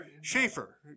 Schaefer